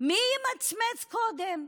מי ימצמץ קודם?